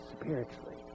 spiritually